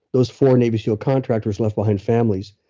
those four navy seal contractors left behind families.